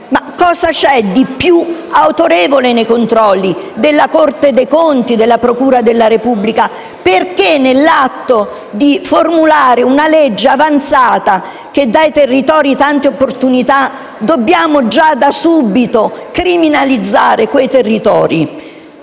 ma cosa c'è di più autorevole, nei controlli, della Corte dei conti e della procura della Repubblica? Perché, nell'atto di formulare una legge avanzata, che dà ai territori tante opportunità, dobbiamo già da subito criminalizzare quei territori?